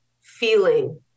feeling